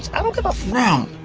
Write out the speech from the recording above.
i don't give a